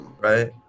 right